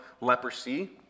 leprosy